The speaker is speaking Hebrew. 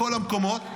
בכל המקומות.